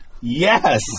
yes